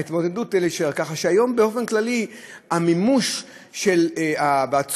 ההתמודדות היא כזאת שהיום באופן כללי הצורך לממש